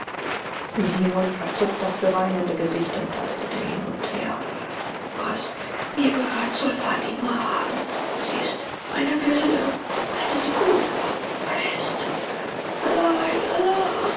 verzog das greinende gesicht und tastete hin und her was mir gehört soll fatima haben sie ist eine wilde halte sie gut aber fest allah il allah